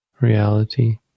reality